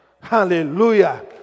Hallelujah